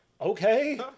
Okay